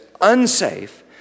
unsafe